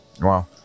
Wow